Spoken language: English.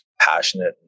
passionate